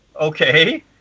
Okay